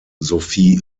sophie